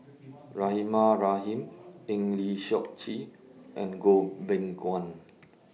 Rahimah Rahim Eng Lee Seok Chee and Goh Beng Kwan